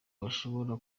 bashobora